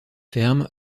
ferme